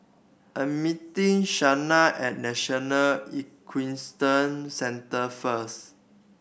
I am meeting Shanna at National Equestrian Centre first